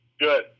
Good